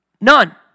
None